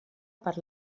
per